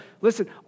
listen